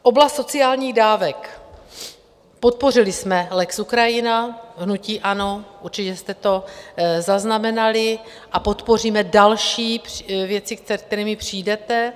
Oblast sociálních dávek: podpořili jsme lex Ukrajina, hnutí ANO, určitě jste to zaznamenali, a podpoříme další věci, se kterými přijdete.